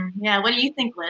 yeah, what do you think,